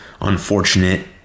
unfortunate